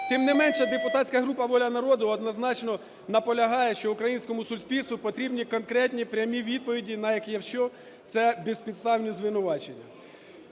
Тим не менше, депутатська група "Воля народу" однозначно наполягає, що українському суспільству потрібні конкретні, прямі відповіді, навіть якщо це безпідставні звинувачення.